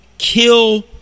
kill